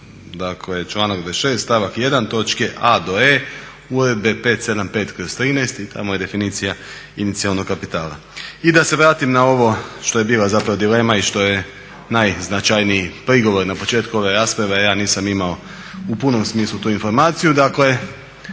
dakle članak 26.stavak 1.točke a do e Uredbe 575/13 i tamo je definicija inicijalnog kapitala. I da se vratim na ovo što je bila zapravo dilema i što je najznačajniji prigovor na početku ove rasprave, a ja nisam imao u punom smislu tu informaciju dakle